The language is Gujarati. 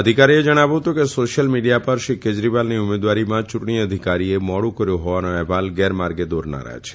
અધિકારીએ જણાવ્યું હતું કે સોશ્યલ મીડીયા પર શ્રી કેજરીવાલની ઉમેદવારીમાં યુંટણી અધિકારીએ મોડુ કર્યુ હોવાના અહેવાલ ગેરમાર્ગે દોરનારા છે